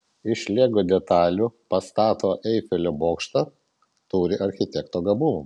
iš lego detalių pastato eifelio bokštą turi architekto gabumų